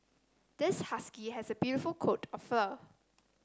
this husky has a beautiful coat of fur